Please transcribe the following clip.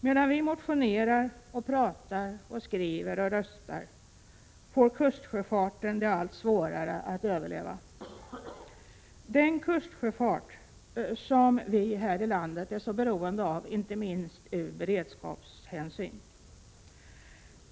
Medan vi motionerar och pratar och skriver och röstar, får kustsjöfarten det allt svårare att överleva — den kustsjöfart som vi är så beroende av inte minst av beredskapshänsyn.